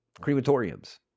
crematoriums